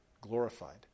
glorified